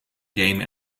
game